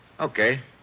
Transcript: Okay